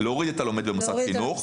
להוריד את הלומד במוסד חינוך,